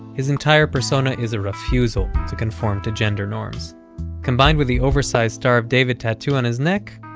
his entire persona is a refusal to conform to gender norms combined with the oversized star of david tattoo on his neck,